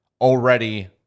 already